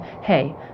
Hey